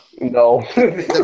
No